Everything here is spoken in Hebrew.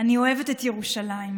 אני אוהבת את ירושלים.